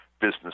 business